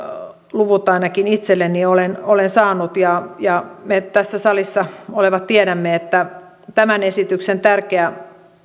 luvut ainakin itselleni olen olen saanut ja ja me tässä salissa olevat tiedämme että tämän esityksen tärkeä